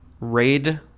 Raid